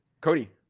cody